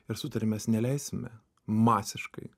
ir sutarė mes neleisime masiškai